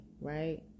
right